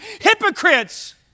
hypocrites